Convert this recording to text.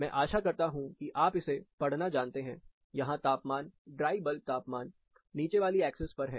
मैं आशा करता हूं कि आप इसे पढ़ना जानते हैं यहां तापमान ड्राई बल्ब तापमान नीचे वाली एक्सिस पर है